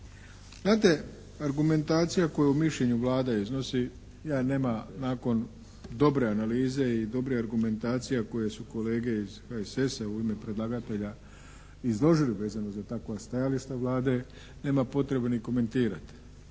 Znate argumentacija koju u mišljenju Vlada iznosi, ja, nema nakon dobre analize i dobre argumentacija koje su kolege iz HSS-a u ime predlagatelja izložili vezano za takva stajališta Vlade, nema potrebe ni komentirati.